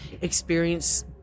experience